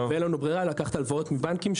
ואין לנו ברירה אלא לקחת הלוואות מבנקים,